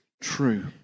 true